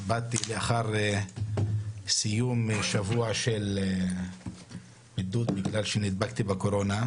באתי לאחר סיום שבוע של בידוד בגלל שנדבקתי בקורונה.